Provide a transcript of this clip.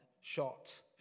shot